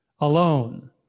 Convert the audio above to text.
alone